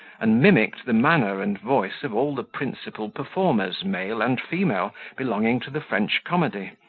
and mimicked the manner and voice of all the principal performers, male and female, belonging to the french comedy,